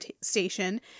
Station